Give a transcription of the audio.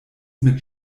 mit